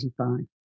1985